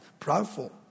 Proudful